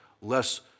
less